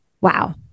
wow